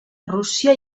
rússia